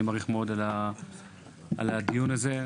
אני מאוד מעריך את קיום הדיון הזה,